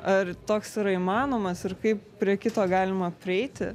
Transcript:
ar toks yra įmanomas ir kaip prie kito galima prieiti